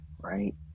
right